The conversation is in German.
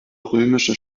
römische